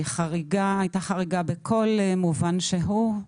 הייתה חריגה בכל מובן שהוא,